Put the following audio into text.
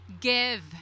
give